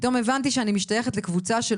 פתאום הבנתי שאני משתייכת לקבוצה של